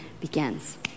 begins